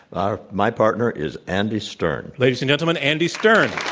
ah my partner is andy stern. ladies and gentlemen, andy stern.